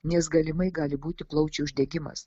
nes galimai gali būti plaučių uždegimas